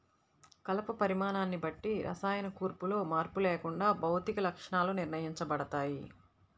కలప పరిమాణాన్ని బట్టి రసాయన కూర్పులో మార్పు లేకుండా భౌతిక లక్షణాలు నిర్ణయించబడతాయి